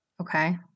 Okay